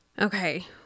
Okay